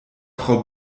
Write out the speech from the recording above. frau